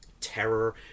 Terror